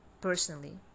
personally